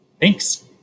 Thanks